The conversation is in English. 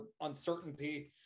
uncertainty